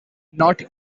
not